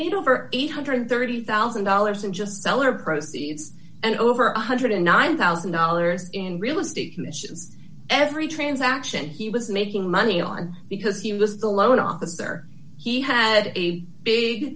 need over eight hundred and thirty thousand dollars in just cellar proceeds and over a one hundred and nine thousand dollars in real estate commissions every transaction he was making money on because he was the loan officer he had a big